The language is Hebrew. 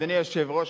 אדוני היושב-ראש,